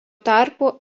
tarpu